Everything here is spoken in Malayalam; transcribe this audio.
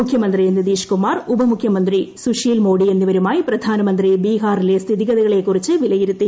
മുഖ്യമന്ത്രി നിതീഷ്കുമാർ ഉപമുഖ്യമന്ത്രി സുശീൽ മോഡി എന്നിവരുമായി പ്രധാനമന്ത്രി ബീഹാറിലെ സ്ഥിതിഗതികളെ കുറിച്ച് വിലയിരുത്തി